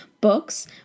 books